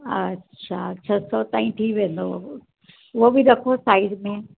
अच्छा छह सौ ताईं थी वेंदव उहो बि रखोसि साइड में